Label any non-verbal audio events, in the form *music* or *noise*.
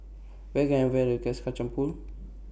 Where Can I Find Best *unintelligible* Pool